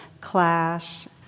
class